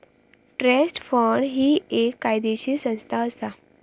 trust fund ही एक कायदेशीर संस्था असा